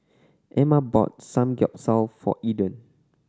Amma bought Samgeyopsal for Eden